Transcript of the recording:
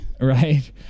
Right